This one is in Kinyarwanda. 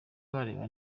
uwareba